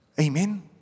Amen